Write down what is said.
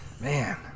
Man